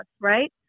right